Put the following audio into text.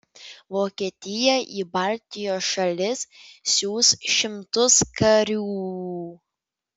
vokietija į baltijos šalis siųs šimtus karių